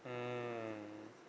mmhmm